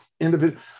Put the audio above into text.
individual